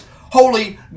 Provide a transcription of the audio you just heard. holy